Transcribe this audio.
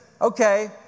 okay